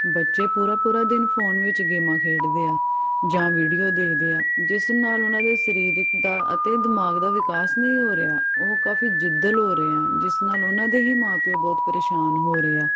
ਬੱਚੇ ਪੂਰਾ ਪੂਰਾ ਦਿਨ ਫ਼ੋਨ ਵਿੱਚ ਗੇਮਾਂ ਖੇਡਦੇ ਆ ਜਾਂ ਵੀਡੀਓ ਦੇਖਦੇ ਆ ਜਿਸ ਨਾਲ ਉਹਨਾਂ ਦੇ ਸਰੀਰਕ ਦਾ ਅਤੇ ਦਿਮਾਗ ਦਾ ਵਿਕਾਸ ਨਹੀਂ ਹੋ ਰਿਹਾ ਉਹ ਕਾਫੀ ਜ਼ਿੱਦਲ ਹੋ ਰਹੇ ਆ ਜਿਸ ਨਾਲ ਉਹਨਾਂ ਦੇ ਹੀ ਮਾਂ ਪਿਓ ਬਹੁਤ ਪ੍ਰੇਸ਼ਾਨ ਰਹੇ ਆ